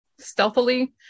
stealthily